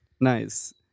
Nice